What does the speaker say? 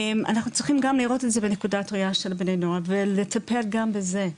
אנחנו צריכים גם לראות את זה בנקודת ראייה של בני הנוער ולטפל גם בזה,